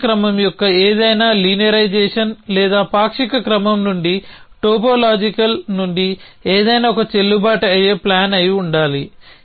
పాక్షిక క్రమం యొక్క ఏదైనా లీనియరైజేషన్ లేదా పాక్షిక క్రమం నుండి టోపోలాజికల్ నుండి ఏదైనా ఒక చెల్లుబాటు అయ్యే ప్లాన్ అయి ఉండాలి